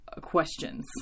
questions